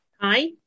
Hi